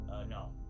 no